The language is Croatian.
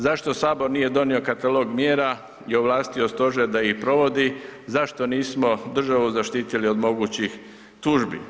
Zašto Sabor nije donio katalog mjera i ovlastio Stožer da ih provodi, zašto nismo državu zaštitili od mogućih tužbi?